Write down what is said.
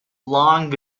long